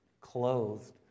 clothed